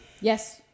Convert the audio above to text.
Yes